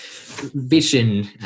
vision